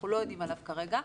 אנחנו לא יודעים עליו כרגע,